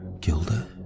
Gilda